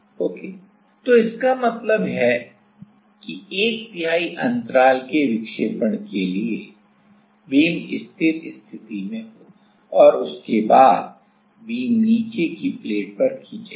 okay तो इसका मतलब है कि एक तिहाई अंतराल के विक्षेपण के लिए बीम स्थिर स्थिति में होगा और उसके बाद बीम नीचे की प्लेट पर खींचेगा